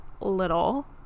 little